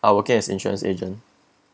are working as insurance agent